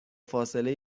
فاصله